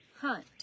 hunt